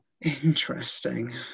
Interesting